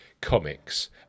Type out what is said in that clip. Comics